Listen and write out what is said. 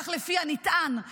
כך לפי הנטען,